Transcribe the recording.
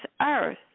earth